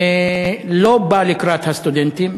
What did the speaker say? לא בא לקראת הסטודנטים